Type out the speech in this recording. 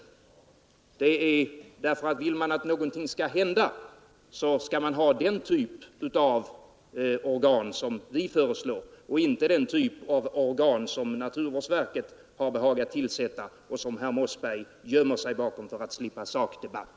Vill man att någonting skall hända, skall man ha den typ av organ som vi föreslår och inte den typ av organ som naturvårdsverket har behagat tillsätta och som herr Mossberger gömmer sig bakom för att slippa sakdebatt.